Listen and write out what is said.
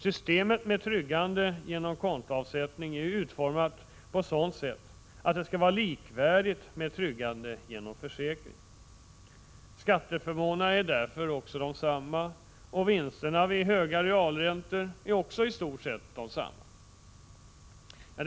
Systemet med tryggande genom kontoavsättning är utformat så att det skall vara likvärdigt med tryggande genom försäkring. Skatteförmånerna är därför desamma och vinsterna vid höga realräntor i stort sett också desamma.